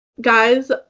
guys